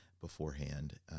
beforehand